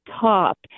top